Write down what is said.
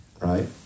right